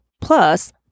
plus